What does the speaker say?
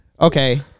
okay